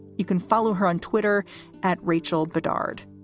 you can follow her on twitter at rachele godard.